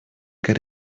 get